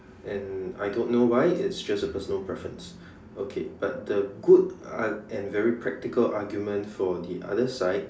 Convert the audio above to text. and I don't know why it's just a personal preference okay but the good ar~ and very practical argument for the other side